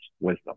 wisdom